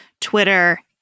Twitter